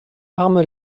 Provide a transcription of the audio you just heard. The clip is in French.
arme